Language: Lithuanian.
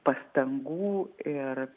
pastangų ir